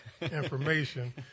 information